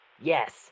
Yes